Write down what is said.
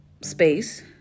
space